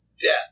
Death